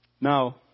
Now